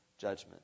judgment